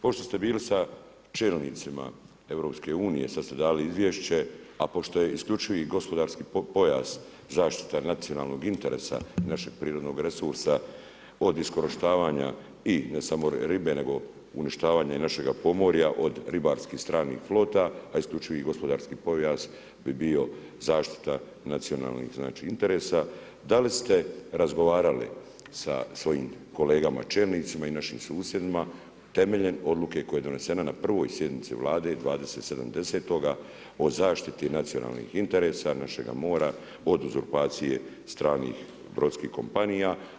Pošto ste bili sa čelnicima EU, sada ste dali izvješće, a pošto je isključivi gospodarski pojas zaštita nacionalnog interesa i našeg prirodnog resursa od iskorištavanja i ne samo ribe nego uništavanja našega podmorja od ribarskih stranih flota, a isključivi gospodarski pojas bi bio zaštita nacionalnih interesa, da li ste razgovarali sa svojim kolegama čelnicima i našim susjedima temeljem odluke koja je donesena na prvoj sjednici Vlade 27.10. o zaštiti nacionalnih interesa našega mora od uzurpacije stranih brodskih kompanija.